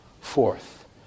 Fourth